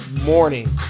morning